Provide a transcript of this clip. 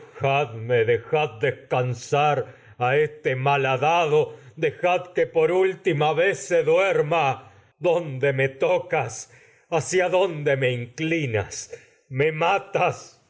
por dejad descansar se malhadado dejad que última vez duerma dónde me tocas hacia dónde me inclinas me matas